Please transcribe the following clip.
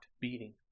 beating